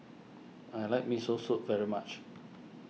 I like Miso Soup very much